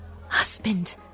husband